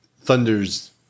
Thunder's